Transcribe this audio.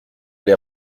les